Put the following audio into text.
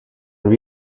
lui